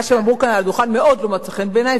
מה שאמרו כאן על הדוכן מאוד לא מצא חן בעיני,